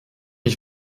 ich